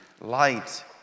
Light